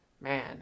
man